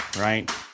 right